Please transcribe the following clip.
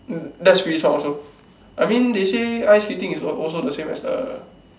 that's really sport also I mean they say ice skating is al~ also the same as the